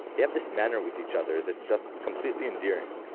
they have this manner with each other that's just completely endearing.